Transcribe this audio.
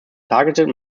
targeted